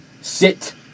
Sit